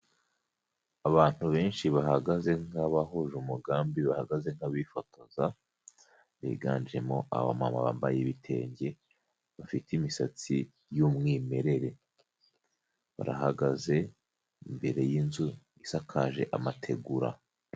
Abantu benshi bahagaze nk'abahuje umugambi, bahagaze nk'abifotoza, biganjemo abamama bambaye ibitenge, bafite imisatsi y'umwimerere, barahagaze imbere y'inzu isakaje amategura.